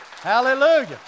hallelujah